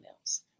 else